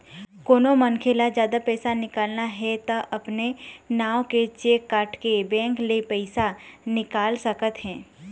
कोनो मनखे ल जादा पइसा निकालना हे त अपने नांव के चेक काटके बेंक ले पइसा निकाल सकत हे